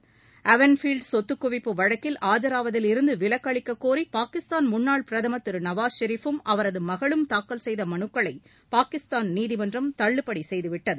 Avenfield சொத்து குவிப்பு வழக்கில் ஆஜாவதிலிருந்து விலக்கு அளிக்க கோரி பாகிஸ்தான் முன்னாள் பிரதமர் திரு நவாஸ் ஷெரிப் பும் அவரது மகளும் தாக்கல் செய்த மலுக்களை பாகிஸ்தான் நீதிமன்றம் தள்ளுபடி செய்துவிட்டது